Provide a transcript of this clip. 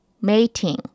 Mating